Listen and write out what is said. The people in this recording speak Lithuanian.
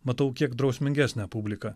matau kiek drausmingesnę publiką